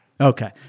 Okay